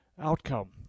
outcome